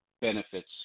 benefits